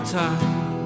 time